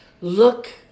look